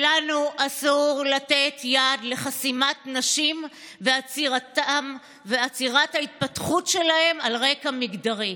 לנו אסור לתת יד לחסימת נשים ועצירת ההתפתחות שלהן על רקע מגדרי.